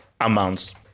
amounts